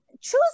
Choose